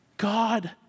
God